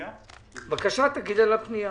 בבקשה, תגיד על הפנייה.